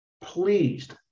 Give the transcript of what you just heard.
pleased